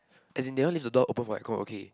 as in they all leave the door open for Michael okay